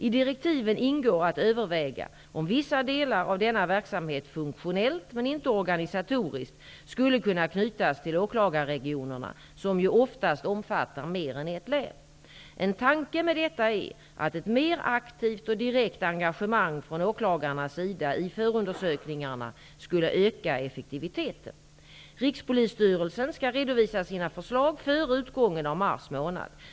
I direktiven ingår att överväga om vissa delar av denna verksamhet funktionellt, men inte organisatoriskt, skulle kunna knytas till åklagarregionerna, som ju oftast omfattar mer än ett län. En tanke med detta är att ett mer aktivt och direkt engagemang från åklagarnas sida i förundersökningarna skulle öka effektiviteten. Rikspolisstyrelsen skall redovisa sina förslag före utgången av mars månad.